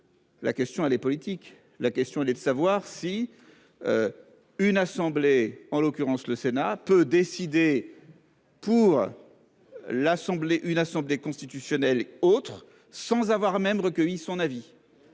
La question les politique. La question est de savoir si. Une assemblée en l'occurrence le Sénat peut décider. Pour. L'assemblée une Assemblée constitutionnelle autre sans avoir même recueilli son avis.